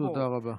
תודה רבה.